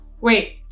Wait